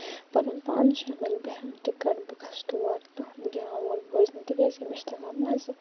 پَنُن پان شٲمِل بہٕ ہٮ۪مہٕ ٹِکَٹ بہٕ گژھٕ تور تُہُنٛد گٮ۪وُن بوزنہِ تِکیٛازِ کہِ مےٚ چھُ لَگان مَزٕ